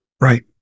Right